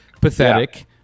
pathetic